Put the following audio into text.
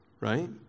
right